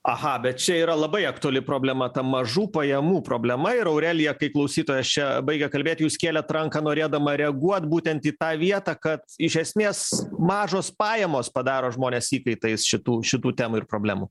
aha bet čia yra labai aktuali problema ta mažų pajamų problema ir aurelija kai klausytojas čia baigė kalbėt jūs kelėt ranką norėdama reaguot būtent į tą vietą kad iš esmės mažos pajamos padaro žmones įkaitais šitų šitų temų ir problemų